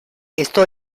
esto